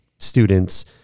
students